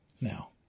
Now